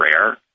rare